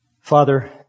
Father